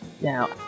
Now